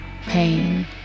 pain